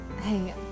Hey